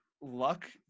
luck